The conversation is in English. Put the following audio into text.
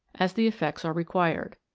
as the effects are required.